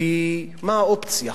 כי מה האופציה?